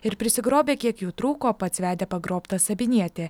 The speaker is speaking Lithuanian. ir prisigrobė kiek jų trūko pats vedė pagrobtą sabinietę